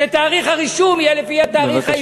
שתאריך הרישום יהיה לפי התאריך העברי,